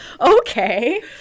okay